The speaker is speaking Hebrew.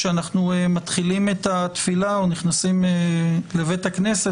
כשאנו מתחילים את התפילה או נכנסים לבית הכנסת,